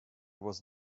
was